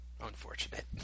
unfortunate